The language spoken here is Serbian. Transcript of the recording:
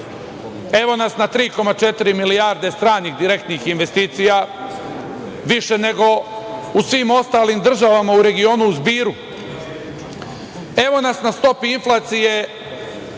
Evo n as na 3,4 milijarde stranih direktnih investicija, više nego u svim ostalim državama u regionu u zbiru. Evo nas na stopi inflacije